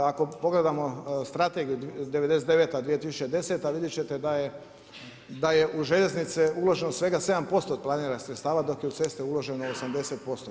Ako pogledamo strategiju '99., 2010. vidjeti ćete da je u željeznice uloženo svega 7% od planiranih sredstva dok je u ceste uloženo 80%